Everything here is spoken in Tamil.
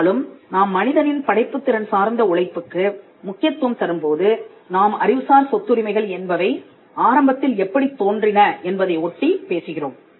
இருந்தாலும் நாம் மனிதனின் படைப்புத் திறன் சார்ந்த உழைப்புக்கு முக்கியத்துவம் தரும்போது நாம் அறிவுசார் சொத்துரிமைகள் என்பவை ஆரம்பத்தில் எப்படித் தோன்றின என்பதை ஒட்டிப் பேசுகிறோம்